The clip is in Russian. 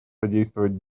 содействовать